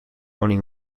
only